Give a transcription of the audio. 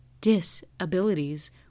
disabilities